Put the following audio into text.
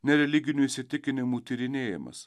ne religinių įsitikinimų tyrinėjimas